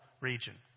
region